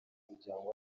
n’umuryango